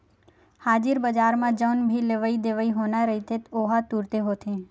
हाजिर बजार म जउन भी लेवई देवई होना रहिथे ओहा तुरते होथे